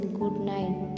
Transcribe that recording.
goodnight